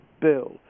Bill